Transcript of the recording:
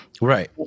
Right